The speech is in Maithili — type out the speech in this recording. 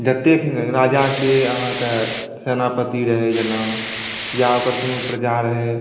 जतेक राजाके अहाँके सेनापति रहै जेना या ओकर कोनो प्रजा रहै